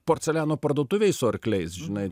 porceliano parduotuvėj su arkliais žinai